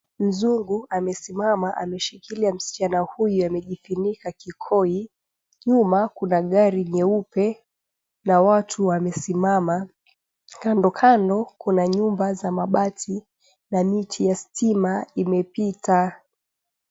Mzungu amesimama ameshikilia msichana huyu amejifunika kikoi nyuma kuna gari nyeupe na watu wamesimama kandokando kuna nyumba za mabati na miti ya stima imepita.